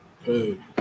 Hey